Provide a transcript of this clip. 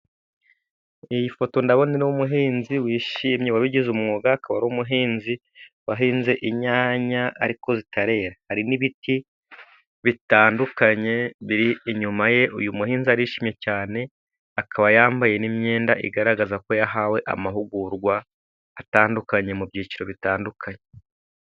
Iyi foto ndabona iriho umuhinzi wishimye wabigize umwuga. Akaba ari umuhinzi wahinze inyanya ariko zitarere. Hari n'ibiti bitandukanye biri inyuma ye, uyu muhinzi arishimye cyane akaba yambaye n'imyenda, igaragaza ko yahawe amahugurwa atandukanye, mu byiciro bitandukanye.